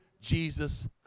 Jesus